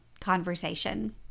conversation